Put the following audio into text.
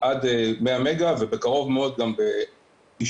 עד 100 מגה ובקרוב מאוד גם בלא מעט